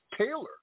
Taylor